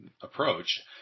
approach